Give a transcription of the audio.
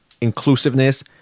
inclusiveness